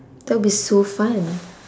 that'll be so fun